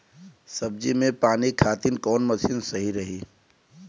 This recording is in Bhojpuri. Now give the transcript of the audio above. सब्जी में पानी खातिन कवन मशीन सही रही?